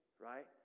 right